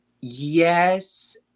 Yes